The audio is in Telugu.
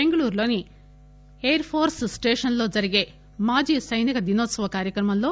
బెంగళూరులోని ఎయిర్ పోర్చ్ స్టేషన్ లో జరిగే మాజీ సైనిక దినోత్సవ కార్భక్రమంలో